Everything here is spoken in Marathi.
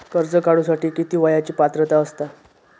कर्ज काढूसाठी किती वयाची पात्रता असता?